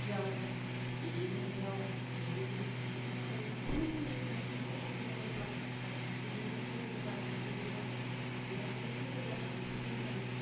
बिहाव इदिनो बिहाव बिहामजो इदिनो नांज्लायनाय गोबां जायो मोनसे न'खर सोलिनांगौब्ला इदिनो सोरनिबा बिखुनजोआ बिहामजोखौ गोदान हाबफैदो होननानै